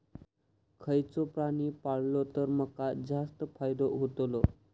खयचो प्राणी पाळलो तर माका जास्त फायदो होतोलो?